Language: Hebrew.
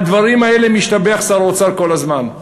על הדברים האלה משתבח שר האוצר כל הזמן.